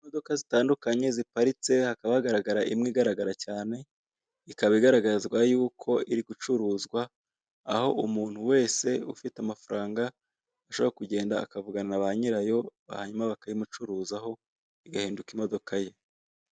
Imodoka nyinshi zikorwa n'inganda zitandukanye. Izi modoka kandi zitandukanye mu ngano, amabara ndetse n'ibiciro. Birasa nk'aho izi modoka ziri kugurishwa.